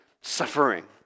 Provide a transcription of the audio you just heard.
suffering